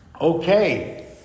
Okay